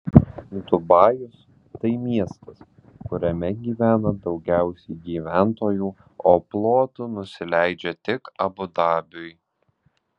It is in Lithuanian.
dubajus tai miestas kuriame gyvena daugiausiai gyventojų o plotu nusileidžia tik abu dabiui